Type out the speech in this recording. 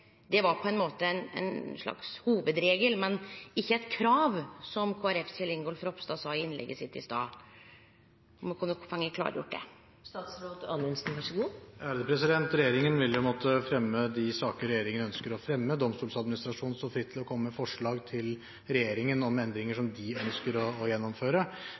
var ein slags hovudregel, men ikkje eit krav, som Kjell Ingolf Ropstad sa i innlegget sitt i stad? Kunne me få klarlagt det? Regjeringen vil jo måtte fremme de saker regjeringen ønsker å fremme. Domstoladministrasjonen står fritt til å komme med forslag til regjeringen om endringer som den ønsker å gjennomføre.